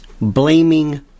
blaming